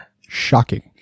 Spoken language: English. Shocking